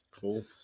Cool